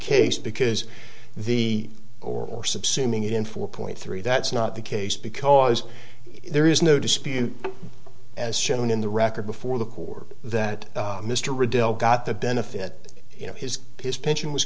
case because the or subsuming it in four point three that's not the case because there is no dispute as shown in the record before the court that mr riddell got the benefit you know his his pension was